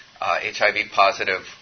HIV-positive